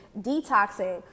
detoxing